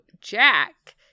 Jack